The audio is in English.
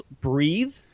breathe